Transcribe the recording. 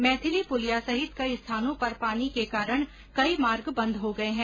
मैथिली पुलिया सहित कई स्थानों पर पानी के कारण कई मार्ग बंद हो गए है